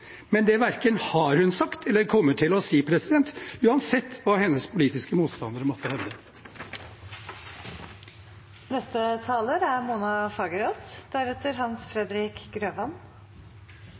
Men det har hun verken sagt eller kommer hun til å si, uansett hva hennes politiske motstandere måtte hevde. Opposisjonen får i dag mange viktige gjennomslag, og vi i SV er